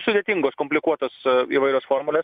sudėtingos komplikuotos įvairios formulės